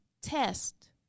test